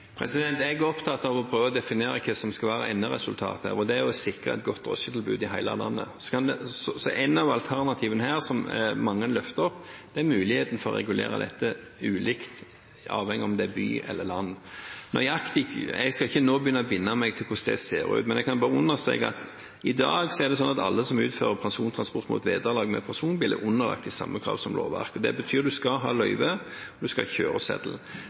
Jeg er opptatt av å prøve å definere hva som skal være enderesultatet her, og det er å sikre et godt drosjetilbud i hele landet. Et av alternativene som mange løfter fram, er muligheten for å regulere dette ulikt, avhengig av om det er by eller land. Jeg skal ikke nå begynne å binde meg til hvordan det ser ut, men jeg kan bare understreke at i dag er det sånn at alle som utfører persontransport mot vederlag med personbil, er underlagt de samme krav som lovverk. Det betyr at man skal ha løyve, og man skal ha kjøreseddel. Når det gjelder behovsprøving, er det overlatt til